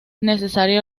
necesario